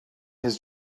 his